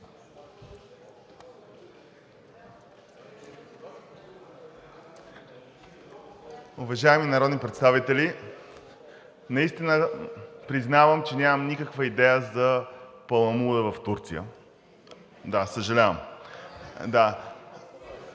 Уважаеми народни представители! Наистина признавам, че нямам никаква идея за паламуда в Турция. Съжалявам!